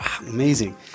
Amazing